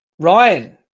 Ryan